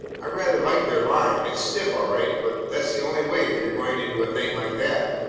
i rather like their line. it's stiff all right, but that's the only way if you're going into a thing like that.